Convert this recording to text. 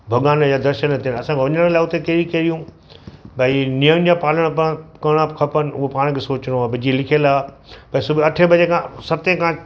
भॻवान या दर्शनु थियणा असांखे वञण लाइ हुते कहिड़ियूं कहिड़ियूं भई नियम जा पालन पाण खे करिणा खपनि उहा पाण खे सोचिणो आहे भई जीअं लिखियल आहे भई सुबुह खां अठे बजे सते खां